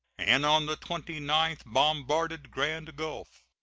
and on the twenty ninth bombarded grand gulf.